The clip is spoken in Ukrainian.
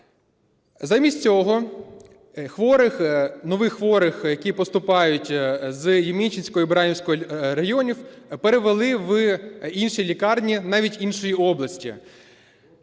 Замість цього хворих, нових хворих, які поступають з Ємільчинського і Баранівського районів, перевели в інші лікарні, навіть іншої області.